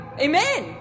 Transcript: Amen